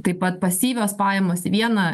taip pat pasyvios pajamos į vieną